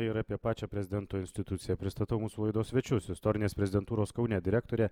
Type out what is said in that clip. ir apie pačią prezidento instituciją pristatau mūsų laidos svečius istorinės prezidentūros kaune direktorė